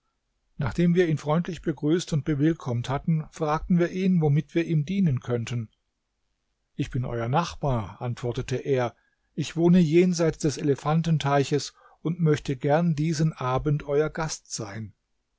nachdem wir ihn freundlich begrüßt und bewillkommt hatten fragten wir ihn womit wir ihm dienen könnten ich bin euer nachbar antwortete er ich wohne jenseits des elefantenteiches und möchte gern diesen abend euer gast sein